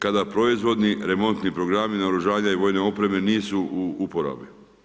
Kada proizvodni remontni programi naoružavanja i vojne opreme nisu u uporabi.